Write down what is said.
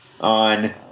on